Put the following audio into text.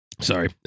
sorry